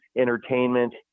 entertainment